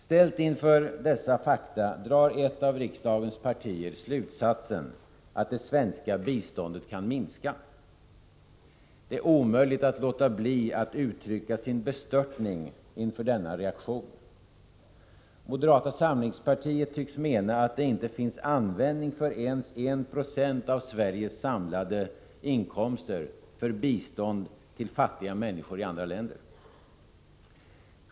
Ställt inför dessa fakta drar ett av riksdagens partier slutsatsen att det svenska biståndet kan minska. Det är omöjligt att låta bli att uttrycka sin bestörtning inför denna reaktion. Moderata samlingspartiet tycks mena att det inte finns användning för ens 1 90 av Sveriges samlade inkomster för bistånd till fattiga människor i andra länder.